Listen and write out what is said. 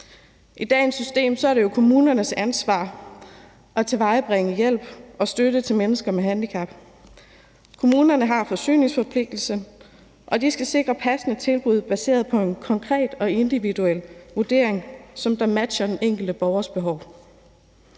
I dagens system er det jo kommunernes ansvar at tilvejebringe hjælp og støtte til mennesker med handicap. Kommunerne har forsyningsforpligtelse, og de skal sikre passende tilbud baseret på en konkret og individuel vurdering, som matcher den enkelte borgers behov.